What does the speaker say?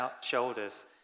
shoulders